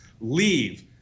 leave